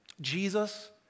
Jesus